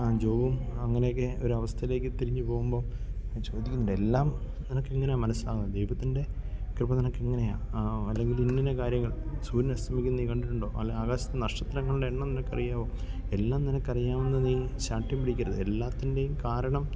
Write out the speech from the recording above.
ആ ജോബും അങ്ങനെയൊക്കെ ഒരവസ്ഥയിലേക്ക് തിരിഞ്ഞ് പോകുമ്പം ഞാൻ ചോദിക്കുന്നുണ്ട് എല്ലാം നിനക്കെങ്ങനെ മനസ്സിലാകുന്നു ദൈവത്തിൻ്റെ കൃപ നിനക്കെങ്ങനെയാണ് അല്ലെങ്കിൽ ഇന്ന ഇന്ന കാര്യങ്ങൾ സൂര്യൻ അസ്തമിക്കുന്നത് നീ കണ്ടിട്ടുണ്ടോ അല്ലെങ്കിൽ ആകാശത്തെ നക്ഷത്രങ്ങൾടെ എണ്ണം നിനക്കറിയാവോ എല്ലാം നിനക്കറിയാമെന്ന് നീ ശാഠ്യം പിടിക്കരുത് എല്ലാത്തിൻ്റേയും കാരണം